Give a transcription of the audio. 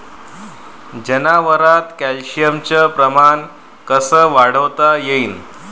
जनावरात कॅल्शियमचं प्रमान कस वाढवता येईन?